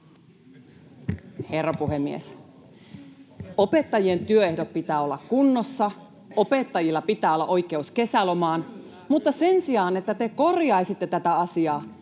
Herra puhemies! Opettajien työehtojen pitää olla kunnossa. Opettajilla pitää olla oikeus kesälomaan. Mutta sen sijaan, että te korjaisitte tätä asiaa,